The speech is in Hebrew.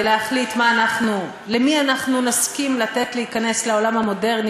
ולהחליט למי אנחנו נסכים לתת להיכנס לעולם היהודי,